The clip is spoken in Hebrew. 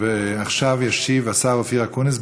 עכשיו ישיב השר אופיר אקוניס,